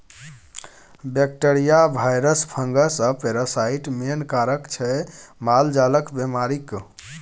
bacteria, virus, fungus आ parasite main कारक छै मालजालक बेमारीक